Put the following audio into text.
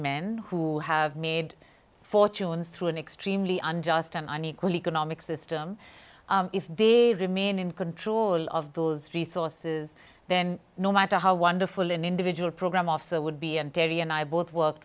men who have made fortunes through an extremely unjust and an equal economic system if the remain in control of those resources then no matter how wonderful an individual program officer would be and daddy and i both work